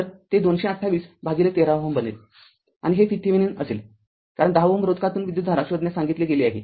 तरते r २२८ भागिले १३Ω बनेल आणि हे VThevenin असेल कारण १०Ω रोधकातून विद्युतधारा शोधण्यास सांगितले गेले आहे